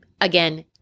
again